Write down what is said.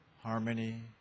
harmony